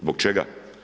Zbog čega?